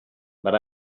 but